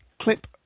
clip